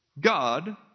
God